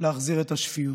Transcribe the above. להחזיר את השפיות,